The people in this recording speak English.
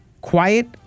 quiet